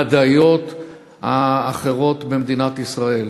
המדעיות והאחרות במדינת ישראל.